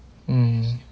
mm